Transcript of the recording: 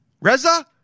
Reza